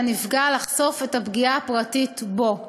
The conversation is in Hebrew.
על נפגע העבירה לחשוף את הפגיעה הפרטית בו.